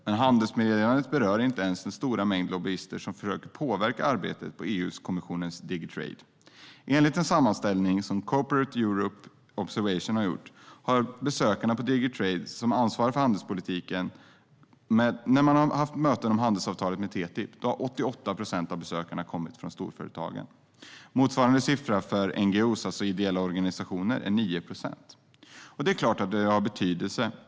Men handelsmeddelandet berör inte ens den stora mängd lobbyister som försöker påverka arbetet på EU-kommissionens DG Trade. Enligt en sammanställning som Corporate Europe Observatory har gjort har besökarna på de möten som DG Trade, som ansvarar för handelspolitiken, har haft om handelsavtalet TTIP till 88 procent kommit från storföretagen. Motsvarande siffra för NGO:er, alltså ideella organisationer, är 9 procent. Det är klart det har betydelse.